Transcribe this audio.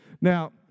Now